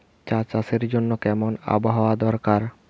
চা চাষের জন্য কেমন আবহাওয়া দরকার?